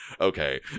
Okay